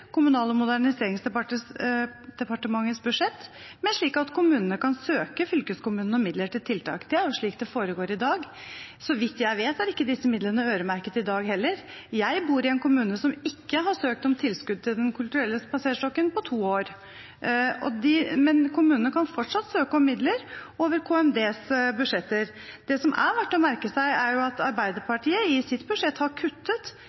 Kommunal- og moderniseringsdepartementets budsjett, men slik at kommunene kan søke fylkeskommunene om midler til tiltak. Det er jo slik det foregår i dag. Så vidt jeg vet, er ikke disse midlene øremerket i dag heller. Jeg bor i en kommune som ikke har søkt om tilskudd til Den kulturelle spaserstokken på to år. Men kommunene kan fortsatt søke om midler over KMDs budsjetter. Det som er verdt å merke seg, er at Arbeiderpartiet i sitt budsjett har kuttet